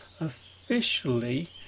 officially